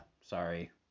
sorry